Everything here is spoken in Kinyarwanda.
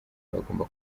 bagomba